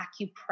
acupressure